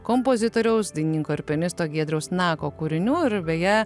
kompozitoriaus dainininko ir pianisto giedriaus nako kūrinių ir beje